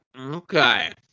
Okay